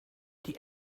die